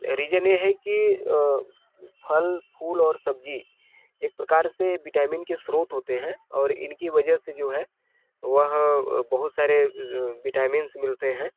reason ये है कि अ फल फूल और सब्जी एक प्रकार से विटामिन के स्रोत होते हैं और इनकी वजह से जो है वह अ बहुत सारे विटामिन्स मिलते हैं